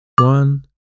One